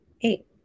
eight